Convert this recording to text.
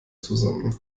zusammen